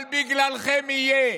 אבל בגללכם יהיה,